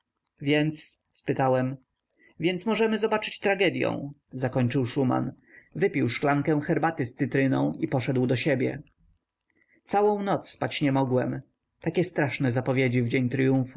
więc spytałem więc możemy zobaczyć tragedyą zakończył szuman wypił szklankę herbaty z cytryną i poszedł do siebie całą noc spać nie mogłem takie straszne zapowiedzi w dzień